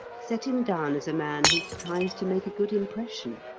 set him down as a man who tries to make a good impression.